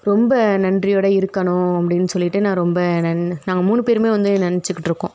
ரொம்ப நன்றியோடு இருக்கணும் அப்படீன்னு சொல்லிவிட்டு நான் ரொம்ப நாங்கள் மூணு பேருமே வந்து நினச்சிக்கிட்ருக்கோம்